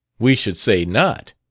we should say not